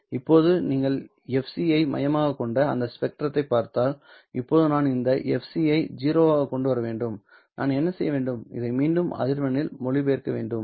இப்போது நீங்கள் fc யை மையமாகக் கொண்ட அந்த ஸ்பெக்ட்ரத்தைப் பார்த்தால் இப்போது நான் இந்த fc யை 0 ஆகக் கொண்டு வர வேண்டும் நான் என்ன செய்ய வேண்டும் இதை மீண்டும் அதிர்வெண்ணில் மொழிபெயர்க்க வேண்டும்